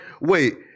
Wait